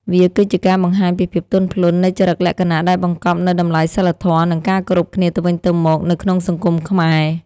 វាគឺជាការបង្ហាញពីភាពទន់ភ្លន់នៃចរិតលក្ខណៈដែលបង្កប់នូវតម្លៃសីលធម៌ និងការគោរពគ្នាទៅវិញទៅមកនៅក្នុងសង្គមខ្មែរ។